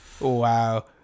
Wow